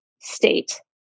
state